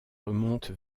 remonte